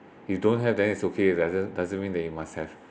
if don't have then it's okay doesn't doesn't mean that you must have